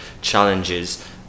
challenges